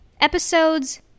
episodes